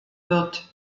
wird